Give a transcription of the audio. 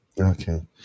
Okay